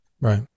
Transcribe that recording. right